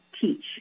teach